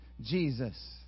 Jesus